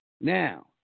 Now